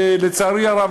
ולצערי הרב,